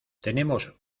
tenemos